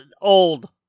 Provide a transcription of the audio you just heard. old